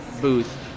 booth